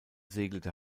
segelte